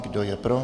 Kdo je pro?